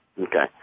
Okay